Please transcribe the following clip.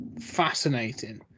fascinating